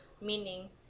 meaning